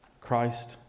Christ